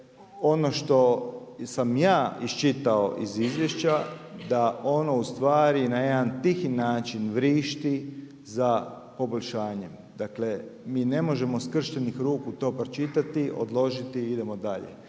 ono što sam ja iščitao iz izvješća, da ono u stvari na jedan tihi način vrišti za poboljšanjem. Dakle, mi ne možemo skrštenih ruku to pročitati, odložiti i idemo dalje.